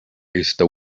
esta